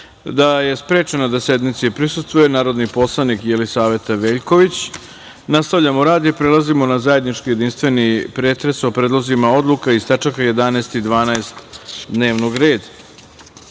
da je sprečena da sednici prisustvuje narodni poslanik Jelisaveta Veljković. Nastavljamo rad i prelazimo na zajednički jedinstveni pretres o predlozima odluka iz tačaka 11. i 12. dnevnog reda. Molim